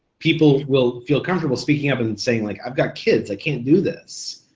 people will feel comfortable speaking up and saying like, i've got kids, i can't do this,